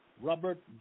Robert